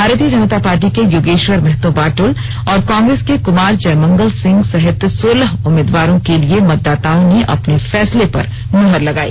भारतीय जनता पार्टी के योगेश्वर महतो बादल और कांग्रेस के कमार जयमंगल सिंह सहित सोलह उम्मीदवारों के लिए मतदाताओं ने अपने फैसले पर मुहर लगाई